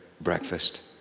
breakfast